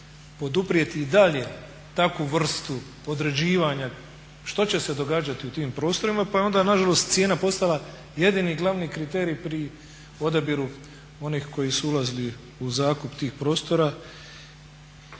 poduprijeti dalje takvu vrstu podređivanja, što će se događati u tim prostorima pa je onda nažalost cijena postala jedini i glavni kriterij pri odabiru onih koji su ulazili u zakup tih prostora.